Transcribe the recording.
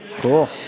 Cool